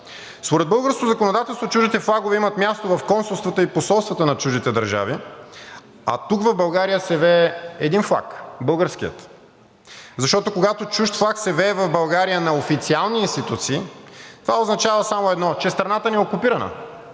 Според българското законодателство чуждите флагове имат място в консулствата и посолствата на чуждите държави, а тук, в България, се вее един флаг – българският, защото, когато чужд флаг се вее в България на официални институции, това означава само едно – че страната ни е окупирана.